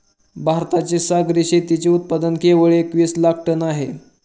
भारताचे सागरी शेतीचे उत्पादन केवळ एकवीस लाख टन आहे